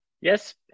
Yes